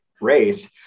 race